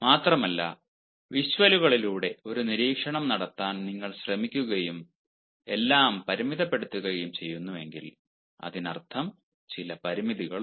മാത്രമല്ല വിഷ്വലുകളിലൂടെ ഒരു നിരീക്ഷണം നടത്താൻ നിങ്ങൾ ശ്രമിക്കുകയും എല്ലാം പരിമിതപ്പെടുത്തുകയും ചെയ്യുന്നുവെങ്കിൽ അതിനർത്ഥം ചില പരിമിതികളുണ്ട്